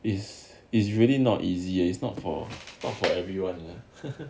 is is really not easy eh it's not for for everyone lah